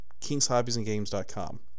kingshobbiesandgames.com